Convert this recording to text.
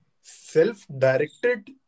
self-directed